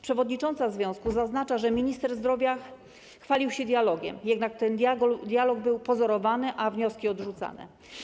Przewodnicząca związku zaznacza, że minister zdrowia chwalił się dialogiem, jednak ten dialog był pozorowany, a wnioski odrzucane.